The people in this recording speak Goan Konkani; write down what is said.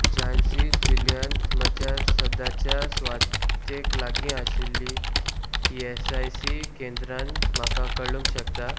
झांसी जिल्ल्यांत म्हज्या सद्याच्या सुवातेक लागीं आशिल्लीं ई एस आय सी केंद्रां म्हाका कळूंक शकता